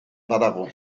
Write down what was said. badago